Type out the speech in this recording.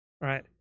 right